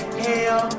hell